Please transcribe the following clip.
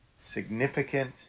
significant